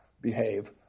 behave